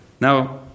Now